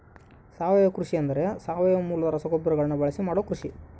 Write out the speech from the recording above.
ಸಾವಯವ ಕೃಷಿ ಎಂದರೆ ಸಾವಯವ ಮೂಲದ ರಸಗೊಬ್ಬರಗಳನ್ನು ಬಳಸಿ ಮಾಡುವ ಕೃಷಿ